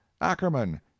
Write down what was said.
ackerman